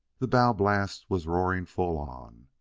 the bow-blast was roaring full on.